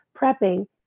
prepping